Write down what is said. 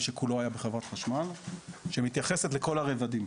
שכולו היה בחברת חשמל שמתייחסת לכל הרבדים,